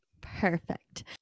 Perfect